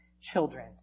children